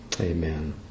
Amen